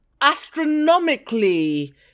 astronomically